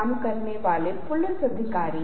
या उन्होंने इसे पीठ के पीछे रख दिया